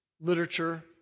literature